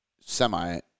semi